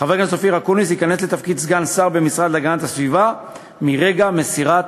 חבר הכנסת ייכנס לתפקיד סגן שר במשרד להגנת הסביבה מרגע מסירת